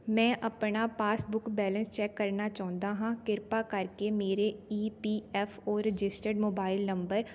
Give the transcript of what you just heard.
ਮੈਂ ਆਪਣਾ passbook balance check ਕਰਨਾ ਚਾਹੁੰਦਾ ਹਾਂ ਕਿਰਪਾ ਕਰਕੇ ਮੇਰੇ E P F O registered mobile number